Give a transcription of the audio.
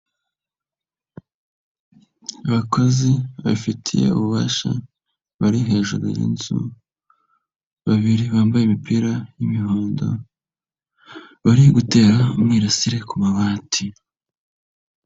Abakozi babifitiye ububasha bari hejuru y'inzu, babiri bambaye imipira y'imihondo, bari gutera umwirasire ku mabati.